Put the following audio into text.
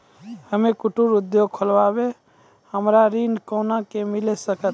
हम्मे कुटीर उद्योग खोलबै हमरा ऋण कोना के मिल सकत?